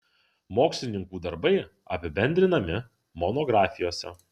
mokslininkų darbai apibendrinami monografijose